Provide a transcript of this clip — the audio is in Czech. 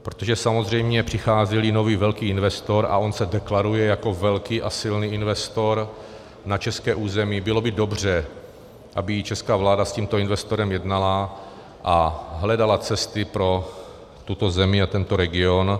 Protože samozřejmě přicházíli nový velký investor, a on se deklaruje jako velký a silný investor, na české území, bylo by dobře, aby i česká vláda s tímto investorem jednala a hledala cesty pro tuto zemi a tento region.